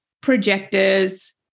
projectors